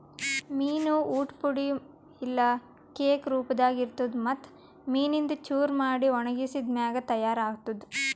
ಮೀನು ಊಟ್ ಪುಡಿ ಇಲ್ಲಾ ಕೇಕ್ ರೂಪದಾಗ್ ಇರ್ತುದ್ ಮತ್ತ್ ಮೀನಿಂದು ಚೂರ ಮಾಡಿ ಒಣಗಿಸಿದ್ ಮ್ಯಾಗ ತೈಯಾರ್ ಆತ್ತುದ್